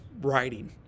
writing